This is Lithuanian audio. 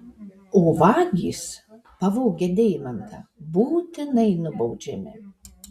o vagys pavogę deimantą būtinai nubaudžiami